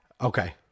Okay